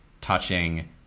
touching